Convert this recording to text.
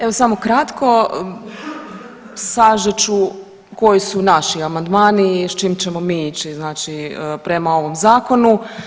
Evo samo kratko, sažet ću koji su naši amandmani i s čim ćemo mi ići znači prema ovom zakonu.